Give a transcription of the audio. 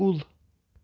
کُل